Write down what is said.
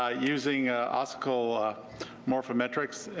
ah using ossical ah morphometrics.